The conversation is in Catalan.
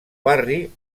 barri